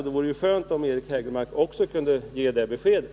Det vore skönt om också Eric Hägelmark kunde ge det beskedet.